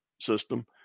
system